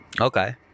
Okay